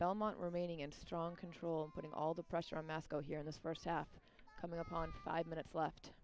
belmont remaining in strong control putting all the pressure on masco here in the first half coming up on five minutes left